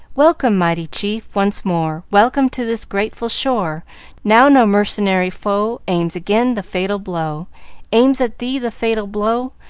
welcome, mighty chief, once more welcome to this grateful shore now no mercenary foe aims again the fatal blow aims at thee the fatal blow.